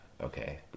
okay